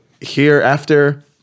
hereafter